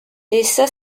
essa